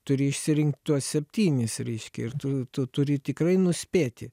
turi išsirinkt tuos septynis reiškia ir tu turi tikrai nuspėti